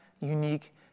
unique